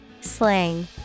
Slang